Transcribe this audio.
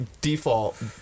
default